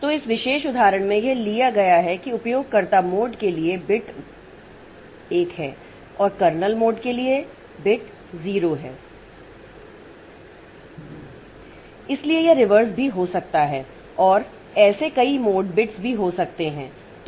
तो इस विशेष उदाहरण में यह लिया गया है कि उपयोगकर्ता मोड के लिए मोड बिट 1 है और कर्नेल मोड के लिए मोड बिट 0 है इसलिए यह रिवर्स भी हो सकता है और ऐसे कई मोड बिट्स भी हो सकते हैं